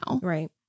right